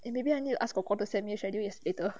eh maybe I need to ask kor kor to sent me schedule yes~ later